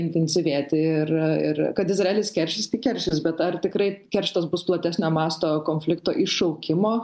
intensyvėti ir ir kad izraelis keršys tai keršys bet ar tikrai kerštas bus platesnio masto konflikto iššaukimo